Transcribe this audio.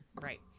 Right